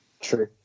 True